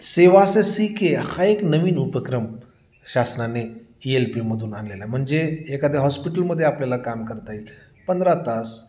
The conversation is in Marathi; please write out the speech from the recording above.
सेवा से सीखे हा एक नवीन उपक्रम शासनाने ई एल पीमधून आणलेला आहे म्हणजे एखाद्या हॉस्पिटलमध्ये आपल्याला काम करता येईल पंधरा तास